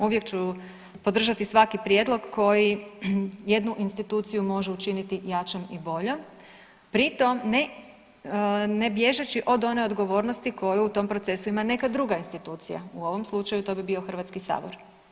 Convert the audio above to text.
Uvijek ću podržati svaki prijedlog koji jednu instituciju može učiniti jačom i boljom, pri tom ne bježeći od one odgovornosti koju u tom procesu ima neka druga institucija u ovom slučaju to bi bio Hrvatski sabor.